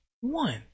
one